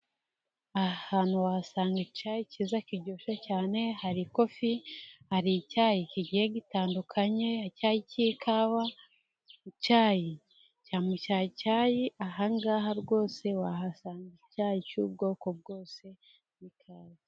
Aha hantu wahasanga icyayi kiza kiryoshye cyane, hari kofi, hari icyayi kigiye gitandukanye k'ikawa, icyayi cya mucyayicyayi, ahangaha rwose wahasanga icyayi cy'ubwoko bwose.